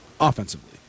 offensively